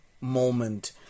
moment